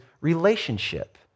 relationship